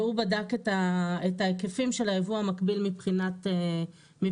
והוא בדק את ההיקפים של הייבוא המקביל מבחינת כסף.